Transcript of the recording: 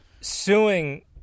Suing